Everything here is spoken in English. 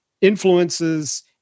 influences